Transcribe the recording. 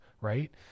right